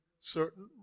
certain